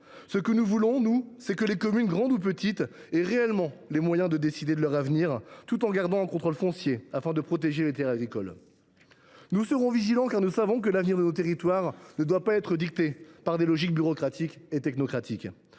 Ce que nous voulons, nous, c’est que les communes, grandes ou petites, aient réellement les moyens de décider de leur avenir tout en gardant un contrôle foncier, afin de protéger les terres agricoles. Nous serons vigilants, car nous savons que l’avenir de nos territoires ne doit pas être dicté par des logiques bureaucratiques et technocratiques.